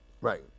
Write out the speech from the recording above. Right